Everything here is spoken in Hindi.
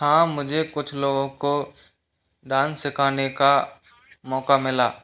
हाँ मुझे कुछ लोगों को डांस सिखाने का मौका मिला